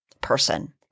person